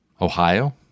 Ohio